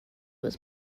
was